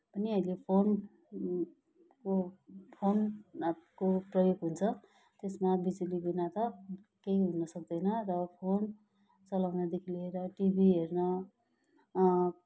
पनि अहिले फोन को फोनको प्रयोग हुन्छ त्यसमा बिजुलीबिना त केही हुन सक्दैन र फोन चलाउनदेखि लिएर टिभी हेर्न